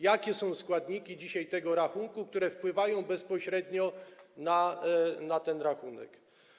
Jakie są składniki dzisiaj tego rachunku, które wpływają bezpośrednio na ten rachunek?